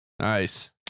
Nice